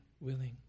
willing